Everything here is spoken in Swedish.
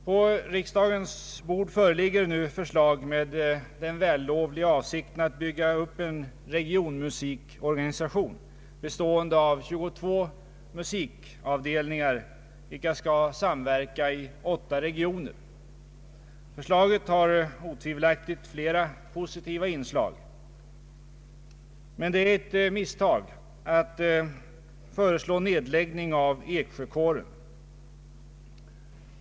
På riksdagens bord föreligger nu förslag med den vällovliga avsikten att bygga upp en regionmusikorganisation, bestående av 22 musikavdelningar vilka skall samverka i åtta regioner. Förslaget har otvivelaktigt flera positiva inslag. Men det är ett misstag att föreslå nedläggning av Eksjökåren.